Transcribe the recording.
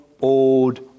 old